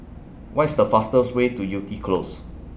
What IS The fastest Way to Yew Tee Close